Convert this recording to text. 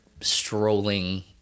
strolling